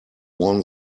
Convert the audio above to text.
warn